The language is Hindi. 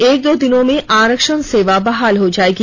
एक दो दिनों में आरक्षण सेवा बहाल हो जाएगी